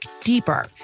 deeper